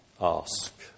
Ask